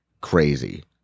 crazy